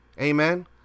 Amen